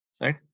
right